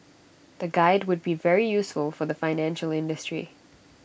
the guide would be very useful for the financial industry